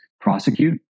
prosecute